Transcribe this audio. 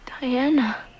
Diana